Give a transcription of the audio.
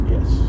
Yes